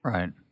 Right